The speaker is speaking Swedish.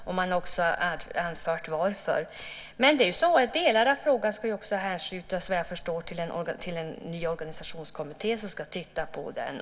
Man har också anfört varför. Men delar av frågan ska också, såvitt jag förstår, hänskjutas till en ny organisationskommitté som ska titta närmare på detta.